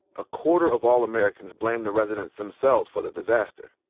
a quarter of all americans blamed the residents themselves for the disaster.